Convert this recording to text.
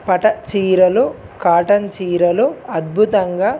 పట చీరలు కాటన్ చీరలు అద్భుతంగా